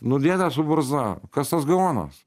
nu dėdė su barzda kas tas gaonas